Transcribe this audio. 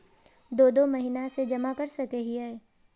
दो दो महीना कर के जमा कर सके हिये?